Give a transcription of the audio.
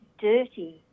dirty